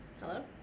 Hello